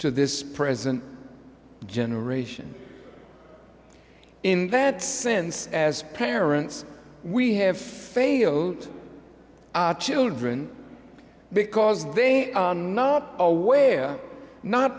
to this present generation in that sense as parents we have failed children because they are not aware not